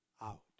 out